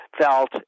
felt